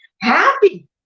happy